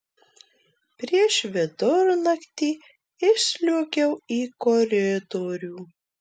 prieš vidurnaktį išsliuogiau į koridorių